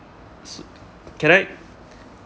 s~ can I